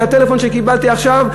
שמהטלפון שקיבלתי עכשיו,